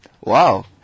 Wow